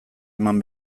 eman